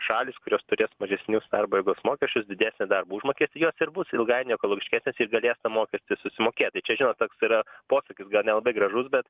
šalys kurios turės mažesnius darbo jėgos mokesčius didesnį darbo užmokestį jos ir bus ilgainiui ekologiškesnės ir galės tą mokestį susimokėt tai čia žinot toks yra posakis gal nelabai gražus bet